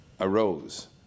arose